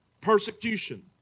persecution